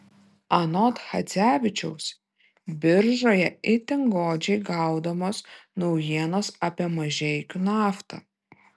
anot chadzevičiaus biržoje itin godžiai gaudomos naujienos apie mažeikių naftą